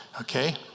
okay